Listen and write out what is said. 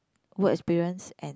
work experience and